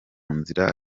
nzira